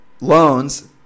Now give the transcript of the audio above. loans